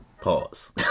Pause